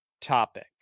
topic